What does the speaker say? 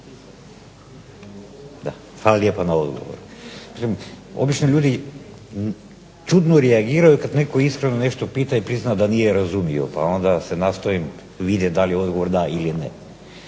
Da. Hvala lijepa na odgovoru. Mislim, obični ljudi čudno reagiraju kad netko iskreno nešto pita i prizna da nije razumio, pa onda se nastojim vidjeti da li je odgovor da ili ne.